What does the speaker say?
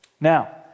Now